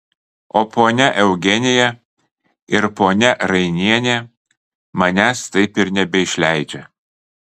o ponia eugenija ir ponia rainienė manęs taip ir nebeišleidžia